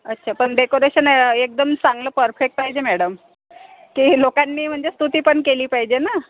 अच्छा पण डेकोरेशन एकदम चांगलं परफेक्ट पाहिजे मॅडम की लोकांनी म्हणजे स्तुती पण केली पाहिजे ना